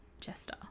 Jester